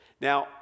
Now